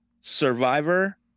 survivor